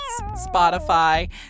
Spotify